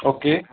okay